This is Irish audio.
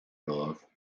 romhaibh